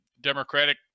Democratic